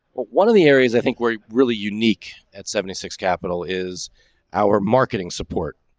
one of the areas. i think we're really unique. at seventy six capital is our marketing support,